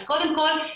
אז קודם כל,